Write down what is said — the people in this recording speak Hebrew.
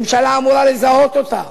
ממשלה אמורה לזהות אותן,